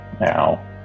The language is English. Now